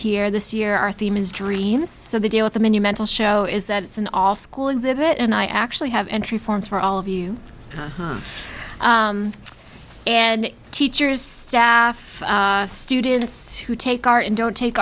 here this year our theme is dreams so the deal with the monumental show is that it's an all school exhibit and i actually have entry forms for all of you and teachers staff students to take our in don't take